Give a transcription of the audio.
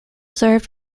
served